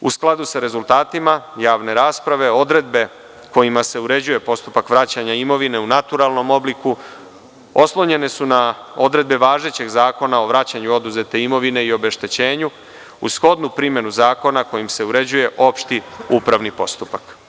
U skladu sa rezultatima javne rasprave, odredbe kojima se uređuje postupak vraćanja imovine u naturalnom obliku oslonjene su na odredbe važećeg Zakona o vraćanju oduzete imovine i obeštećenju uz shodnu primenu zakona kojim se uređuje opšti upravni postupak.